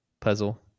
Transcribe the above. Puzzle